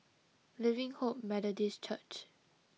Living Hope Methodist Church